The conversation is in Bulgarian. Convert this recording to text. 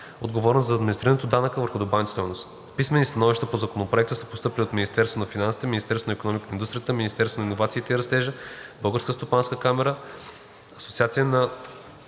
отговорна за администриране на данъка върху добавената стойност. Писмени становища по Законопроекта са постъпили от Министерството на финансите, Министерството на икономиката и индустрията, Министерството на иновациите и растежа, Българската стопанска камара, Асоциацията